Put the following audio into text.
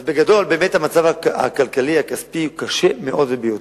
אז בגדול, המצב הכלכלי, הכספי, הוא קשה ביותר.